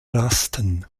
rasten